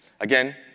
Again